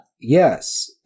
Yes